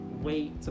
Wait